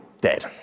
Dead